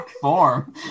Form